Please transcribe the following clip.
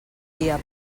dia